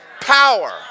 Power